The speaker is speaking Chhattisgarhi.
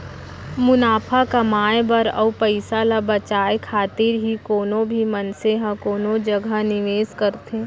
मुनाफा कमाए बर अउ पइसा ल बचाए खातिर ही कोनो भी मनसे ह कोनो जगा निवेस करथे